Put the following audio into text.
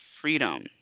freedom